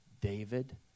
David